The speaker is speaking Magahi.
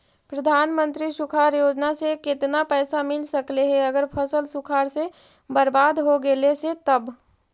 प्रधानमंत्री सुखाड़ योजना से केतना पैसा मिल सकले हे अगर फसल सुखाड़ से बर्बाद हो गेले से तब?